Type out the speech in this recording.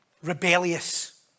rebellious